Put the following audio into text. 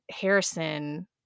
Harrison